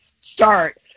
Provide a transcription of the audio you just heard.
start